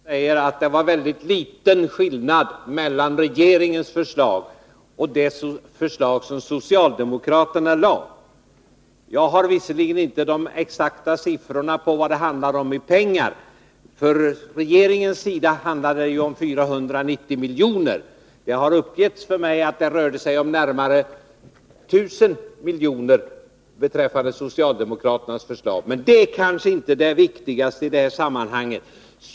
Herr talman! Bo Södersten säger att det var mycket liten skillnad mellan regeringens förslag och det förslag som socialdemokraterna lade fram. Jag har visserligen inte de exakta siffrorna på vad det handlar om i pengar. När det gäller regeringens förslag handlar det ju om 490 miljoner. Det har uppgetts för mig att det rörde sig om närmare 1000 miljoner beträffande socialdemokraternas förslag. Men det är kanske inte det viktigaste i detta sammanhang.